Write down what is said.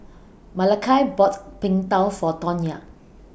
Malakai bought Png Tao For Tonya